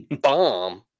bomb